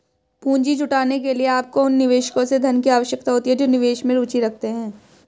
पूंजी जुटाने के लिए, आपको उन निवेशकों से धन की आवश्यकता होती है जो निवेश में रुचि रखते हैं